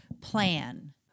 Plan